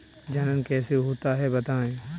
जनन कैसे होता है बताएँ?